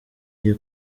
jye